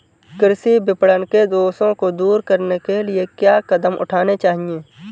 कृषि विपणन के दोषों को दूर करने के लिए क्या कदम उठाने चाहिए?